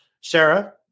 Sarah